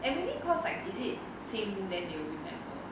and maybe cause like is it same room then they will remember